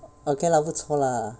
okay lah 不错 lah